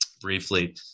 briefly